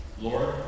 Lord